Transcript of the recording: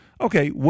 Okay